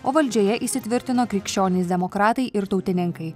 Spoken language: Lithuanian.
o valdžioje įsitvirtino krikščionys demokratai ir tautininkai